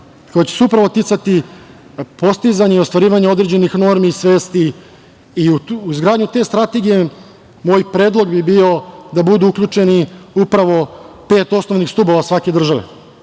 koja će se upravo ticati postizanja i ostvarivanja određenih normi i svesti.U izgradnju te strategije moj predlog bi bio da budu uključeni upravo pet osnovnih stubova svake države,